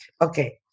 Okay